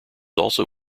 also